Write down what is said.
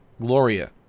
Gloria